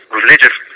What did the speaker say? religious